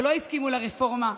או לא הסכימו לרפורמה,